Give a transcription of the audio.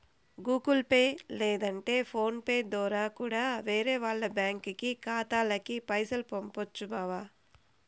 Google Pay లేదంటే PhonePe దోరా కూడా వేరే వాల్ల బ్యాంకి ఖాతాలకి పైసలు పంపొచ్చు బావా